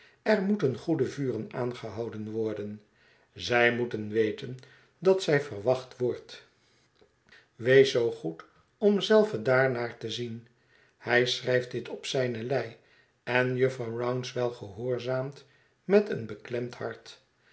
er moeten goede vuren aangehouden worden zij moeten weten dat zij verwacht wordt wees zoo goed om zélve daarnaar te zien hij schrijft dit op zijne lei en jufvrouw rouncewell gehoorzaamt met een beklemd hart